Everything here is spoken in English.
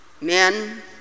men